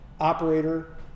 Operator